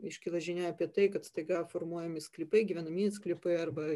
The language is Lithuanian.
išyla žinia apie tai kad staiga formuojami sklypai gyvenamieji sklypai arba